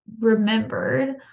remembered